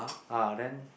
ah then